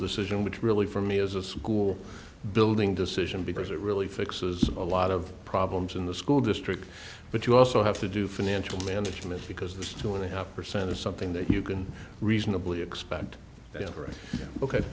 decision which really for me is a school building decision because it really fixes a lot of problems in the school district but you also have to do financial management because the store they have percent is something that you can reasonably expect ok